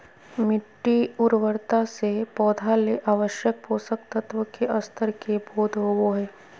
मिटटी उर्वरता से पौधा ले आवश्यक पोषक तत्व के स्तर के बोध होबो हइ